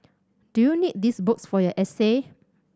do you need these books for your essay